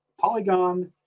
polygon